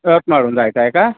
यवतमाळहून जायचं आहे का